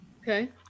Okay